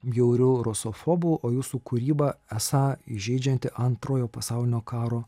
bjauriu rusofobu o jūsų kūryba esą įžeidžianti antrojo pasaulinio karo